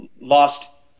Lost